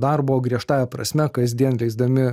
darbo griežtąja prasme kasdien leisdami